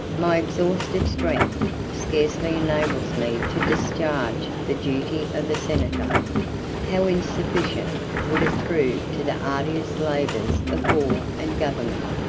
my exhausted strength scarcely enables me to discharge the duty of a senator how insufficient would it prove to the arduous labors of war and government!